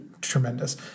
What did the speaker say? Tremendous